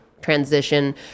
transition